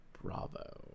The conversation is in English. Bravo